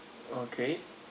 okay